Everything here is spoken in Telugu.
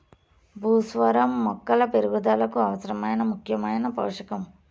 భాస్వరం మొక్కల పెరుగుదలకు అవసరమైన ముఖ్యమైన పోషకం